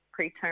preterm